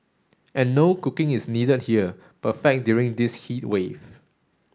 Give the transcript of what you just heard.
and no cooking is needed here perfect during this heat wave